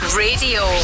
radio